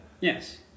Yes